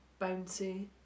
bouncy